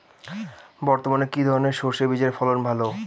বর্তমানে কি ধরনের সরষে বীজের ফলন ভালো?